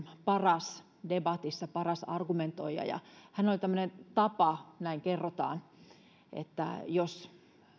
paras debatissa paras argumentoija ja hänellä oli tämmöinen tapa näin kerrotaan että jos